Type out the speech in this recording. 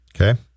Okay